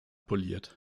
poliert